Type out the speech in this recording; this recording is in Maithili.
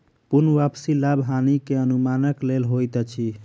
पूर्ण वापसी लाभ हानि के अनुमानक लेल होइत अछि